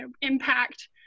impact